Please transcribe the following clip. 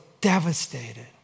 devastated